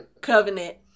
covenant